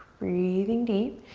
breathing deep.